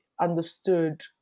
understood